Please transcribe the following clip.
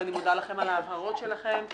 ואני מודה לכם על ההבהרות שלכם.